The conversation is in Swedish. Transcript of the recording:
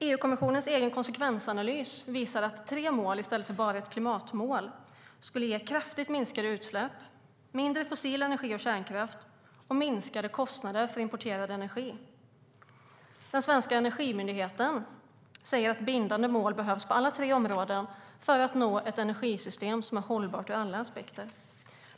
EU-kommissionens egen konsekvensanalys visar att tre mål i stället för bara ett klimatmål skulle ge kraftigt minskade utsläpp, mindre fossil energi och kärnkraft och minskade kostnader för importerad energi. Den svenska energimyndigheten säger att bindande mål behövs på alla tre områden för att nå ett energisystem som är hållbart ur alla aspekter.